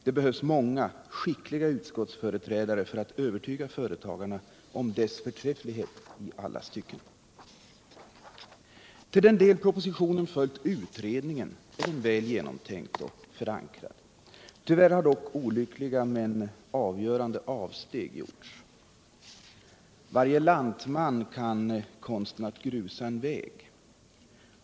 Det behövs många skickliga utskottsföreträdare för att övertyga företagarna om dess förträfflighet i alla stycken. Till den del propositionen följt utredningen är den väl genomtänkt och förankrad. Tyvärr har dock olyckliga och avgörande avsteg gjorts. Varje lantman kan konsten att grusa en väg.